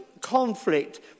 conflict